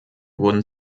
wurden